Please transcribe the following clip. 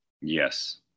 yes